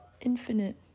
infinite